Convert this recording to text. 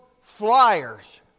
flyers